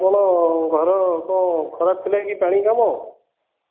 ଆପଣ ଘର କ'ଣ ଖରାପ ଥିଲା କି ପାଣି କାମ